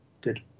good